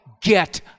get